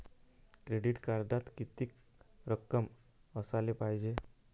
Credit कार्डात कितीक रक्कम असाले पायजे?